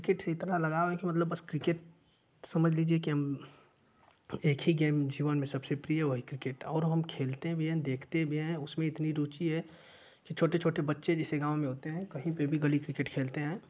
cricket से इतना लगाव है कि मतलब बस क्रिकेट समझ लिजिए कि हम एक ही गेम जीवन में सबसे प्रिय है नम्बर और हम खेलते भी हैं देखते भी हैं उसमें इतनी रुची है की छोटे छोटे बच्चे जैसे गाँव में होते हैं कहीं पर भी गली क्रिकेट खेलते हैं